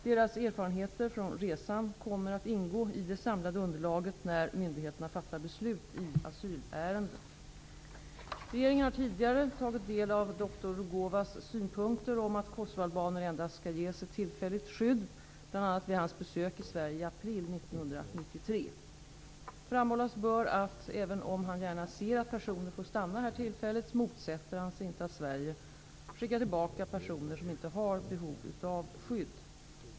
Deras erfarenheter från resan kommer att ingå i det samlade underlaget när myndigheterna fattar beslut i asylärenden. Regeringen har tidigare tagit del av dr Rugovas synpunkter om att kosovoalbaner endast skall ges ett tillfälligt skydd bl.a. vid hans besök i Sverige i april 1993. Framhållas bör att han, även om han gärna ser att personer får stanna här tillfälligt, inte motsätter sig att Sverige skickar tillbaka personer som inte har behov av skydd.